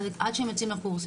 עד שהם יוצאים לקורס,